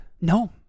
No